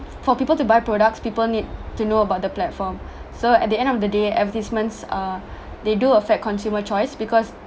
for people to buy products people need to know about the platform so at the end of the day advertisements uh they do affect consumer choice because